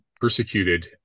persecuted